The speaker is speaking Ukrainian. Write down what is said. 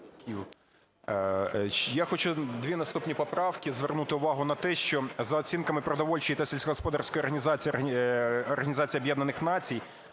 Я хочу дві наступні поправки, звернути увагу на те, що за оцінками Продовольчої та сільськогосподарської організації